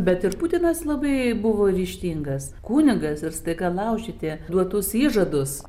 bet ir putinas labai buvo ryžtingas kunigas ir staiga laužyti duotus įžadus